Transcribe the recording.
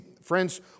friends